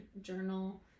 journal